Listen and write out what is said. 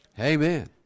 Amen